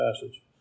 passage